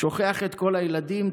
שוכחת את כל הילדים,